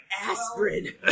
Aspirin